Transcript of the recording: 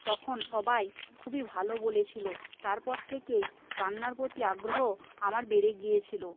তখন সবাই খুবই ভালো বলেছিল তারপর থেকেই রান্নার প্রতি আগ্রহ আমার বেড়ে গিয়েছিল